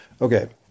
Okay